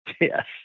Yes